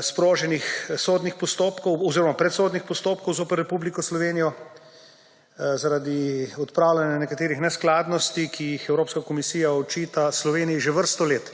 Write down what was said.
sproženih kar nekaj predsodnih postopkov zoper Republiko Slovenijo zaradi odpravljanja nekaterih neskladnosti, ki jih Evropska komisija očita Sloveniji že vrsto let.